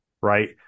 Right